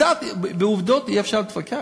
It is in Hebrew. עם עובדות אי-אפשר להתווכח.